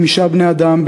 חמישה בני-אדם,